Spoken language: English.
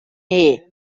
here